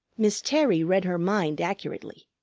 miss terry read her mind accurately.